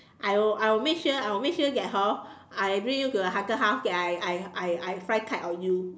I will I will make sure I will make sure that hor I bring you to the haunted house I I I fly kite on you